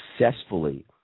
successfully